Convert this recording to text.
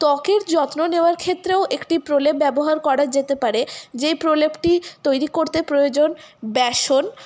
ত্বকের যত্ন নেওয়ার ক্ষেত্রেও একটি প্রলেপ ব্যবহার করা যেতে পারে যে প্রলেপটি তৈরি করতে প্রয়োজন বেসন